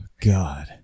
God